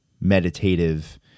meditative